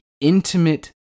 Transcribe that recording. intimate